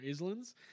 Islands